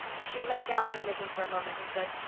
she laid down her knitting for a moment and said,